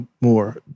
more